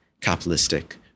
capitalistic